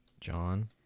John